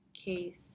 case